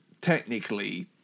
technically